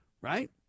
right